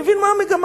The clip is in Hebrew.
אני מבין מה המגמה.